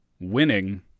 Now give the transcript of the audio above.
winning